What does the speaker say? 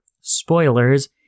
Spoilers